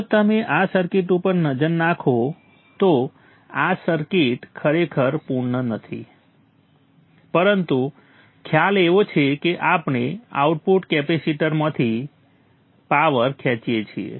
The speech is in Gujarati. જો તમે આ સર્કિટ પર નજર નાખો તો આ સર્કિટ ખરેખર પૂર્ણ નથી પરંતુ ખ્યાલ એવો છે કે આપણે આઉટપુટ કેપેસિટરમાંથી જ પાવર ખેંચીએ છીએ